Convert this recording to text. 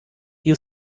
you